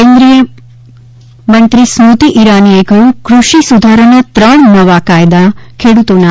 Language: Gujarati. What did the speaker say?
કેન્દ્રિય મંત્રી સ્મૃતિ ઈરાની એ કહ્યું કૃષિ સુધારા ના ત્રણ નવા કાયદા ખેડૂતોના